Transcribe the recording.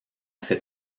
ses